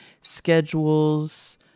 schedules